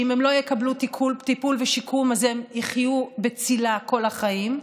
ואם הם לא יקבלו טיפול ושיקום אז הם יחיו בצילה כל החיים.